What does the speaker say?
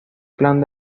plan